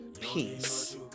Peace